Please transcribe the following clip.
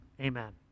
amen